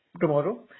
tomorrow